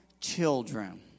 children